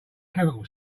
chemical